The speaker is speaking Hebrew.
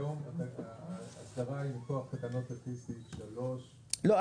כיום האסדרה היא מכוח תקנות על פי סעיף 3. לא,